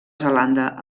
zelanda